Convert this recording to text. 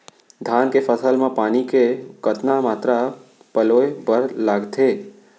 धान के फसल म पानी के कतना मात्रा पलोय बर लागथे?